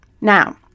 Now